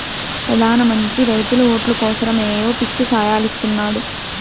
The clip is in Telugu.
పెదాన మంత్రి రైతుల ఓట్లు కోసరమ్ ఏయో పిచ్చి సాయలిస్తున్నాడు